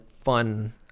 fun